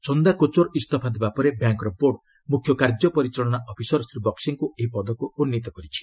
ଛନ୍ଦା କୋଚର୍ ଇସ୍ତଫା ଦେବା ପରେ ବ୍ୟାଙ୍କ୍ର ବୋର୍ଡ଼ ମୁଖ୍ୟ କାର୍ଯ୍ୟ ପରିଚାଳନା ଅଫିସର ଶ୍ରୀ ବକ୍ୱିଙ୍କୁ ଏହି ପଦକୁ ଉନ୍ନୀତ କରିଛି